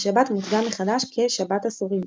השבת מותגה מחדש כ"שבת עשורים",